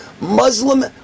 Muslim